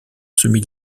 semi